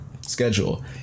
schedule